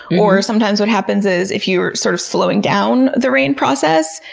or sometimes what happens is if you are sort of slowing down the rain process,